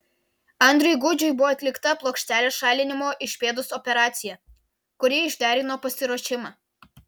andriui gudžiui buvo atlikta plokštelės šalinimo iš pėdos operacija kuri išderino pasiruošimą